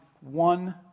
one